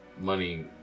money